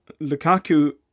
Lukaku